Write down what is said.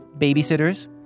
babysitters